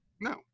No